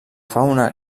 fauna